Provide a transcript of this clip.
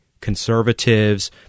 conservatives